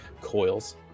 coils